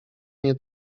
nie